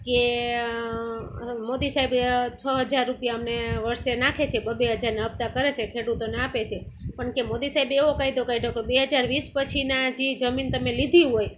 કે મોદી સાહેબે છ હજાર રૂપિયા અમને વર્ષે નાખે છે બબ્બે હજારના હપ્તા કરે છે ખેડૂતોને આપે છે પણ કે મોદી સાહેબે એવો કાયદો કાઢ્યો કે બે હજાર વીસ પછીના જે જમીન તમે લીધી હોય